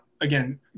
again